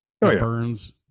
burns